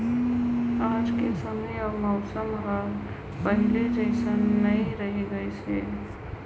आयज के समे अउ मउसम हर पहिले जइसन नइ रही गइस हे